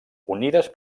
unides